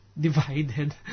divided